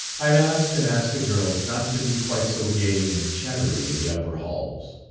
i've asked and asked the girls not to be quite so gay and chattery in the upper halls.